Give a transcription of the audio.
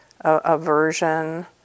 aversion